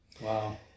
Wow